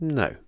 no